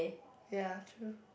ya true